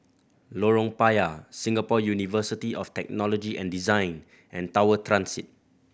Lorong Payah Singapore University of Technology and Design and Tower Transit